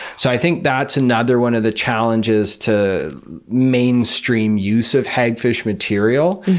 so i think that's another one of the challenges to mainstream use of hagfish material,